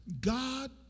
God